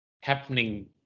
happening